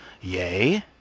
Yay